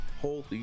Holy